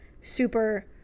super